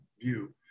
view